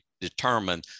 determine